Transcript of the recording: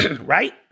Right